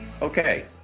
Okay